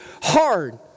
hard